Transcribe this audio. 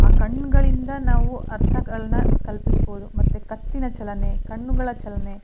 ಆ ಕಣ್ಣುಗಳಿಂದ ನಾವು ಅರ್ಥಗಳನ್ನ ಕಲ್ಪಿಸ್ಬೋದು ಮತ್ತು ಕತ್ತಿನ ಚಲನೆ ಕಣ್ಣುಗಳ ಚಲನೆ